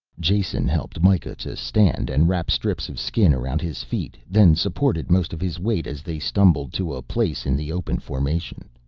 jason helped mikah to stand and wrap strips of skin around his feet then supported most of his weight as they stumbled to a place in the open formation.